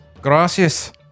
Gracias